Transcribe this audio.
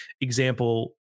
example